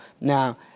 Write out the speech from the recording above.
Now